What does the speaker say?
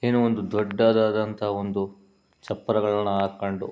ಏನು ಒಂದು ದೊಡ್ಡದಾದಂತಹ ಒಂದು ಚಪ್ಪರಗಳನ್ನು ಹಾಕ್ಕೊಂಡು